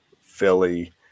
Philly